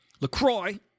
LaCroix